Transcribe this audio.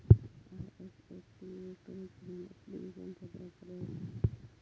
IFSC electronic payment ऍप्लिकेशन्ससाठी वापरला जाता